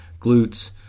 glutes